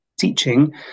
teaching